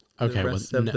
Okay